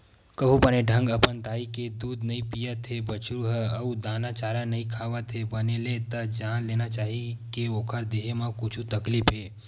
कभू बने ढंग अपन दाई के दूद नइ पियत हे बछरु ह अउ दाना चारा नइ खावत हे बने ले त जान लेना चाही के ओखर देहे म कुछु तकलीफ हे